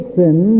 sin